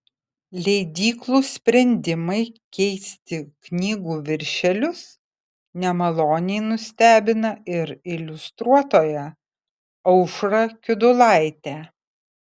leidyklų sprendimai keisti knygų viršelius nemaloniai nustebina ir iliustruotoją aušrą kiudulaitę